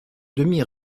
demi